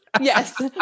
Yes